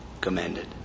commended